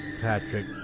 Patrick